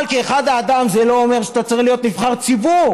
אבל כאחד האדם זה לא אומר שאתה צריך להיות נבחר ציבור.